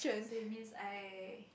so it means I